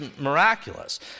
miraculous